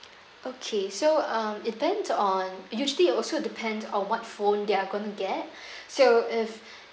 okay so um it depends on usually also depends on what phone they are going to get so if